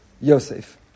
Yosef